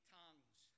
tongues